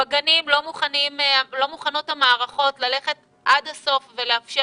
בגנים המערכות לא מוכנות ללכת עד הסוף ולאפשר